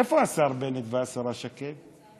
איפה השר בנט והשרה שקד?